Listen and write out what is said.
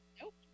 Nope